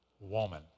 woman